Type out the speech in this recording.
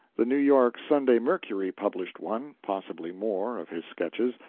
the new york sunday mercury published one, possibly more, of his sketches,